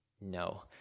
No